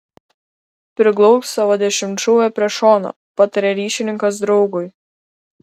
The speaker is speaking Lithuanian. priglausk savo dešimtšūvę prie šono pataria ryšininkas draugui